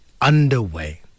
underway